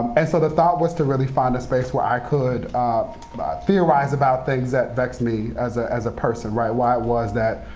and so the thought was to really find a space where i could theorize about things that vexed me as ah as a person why why was that,